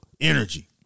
energy